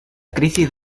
crisis